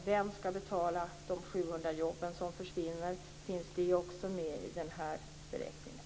Vem skall betala de 700 jobb som försvinner? Finns det också med i den här beräkningen?